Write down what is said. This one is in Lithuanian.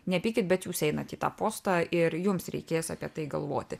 nepykit bet jūs einat į tą postą ir jums reikės apie tai galvoti